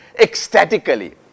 ecstatically